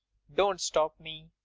don't stop me.